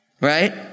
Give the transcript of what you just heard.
Right